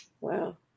Wow